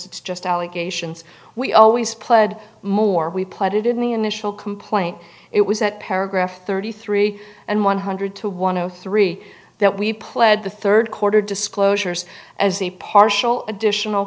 it's just allegations we always pled more we put it in the initial complaint it was that paragraph thirty three and one hundred to one hundred three that we pled the third quarter disclosures as the partial additional